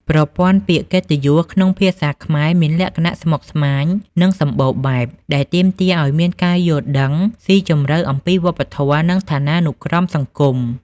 ប្រព័ន្ធពាក្យកិត្តិយសក្នុងភាសាខ្មែរមានលក្ខណៈស្មុគស្មាញ និងសម្បូរបែប ដែលទាមទារឱ្យមានការយល់ដឹងស៊ីជម្រៅអំពីវប្បធម៌ និងឋានានុក្រមសង្គម។